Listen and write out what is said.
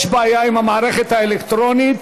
יש בעיה עם המערכת האלקטרונית.